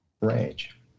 range